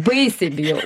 baisiai bijau